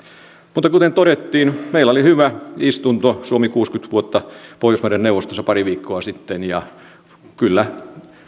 mutta kuten todettiin meillä oli hyvä istunto suomi kuusikymmentä vuotta pohjoismaiden neuvostossa pari viikkoa sitten kyllä